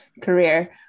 career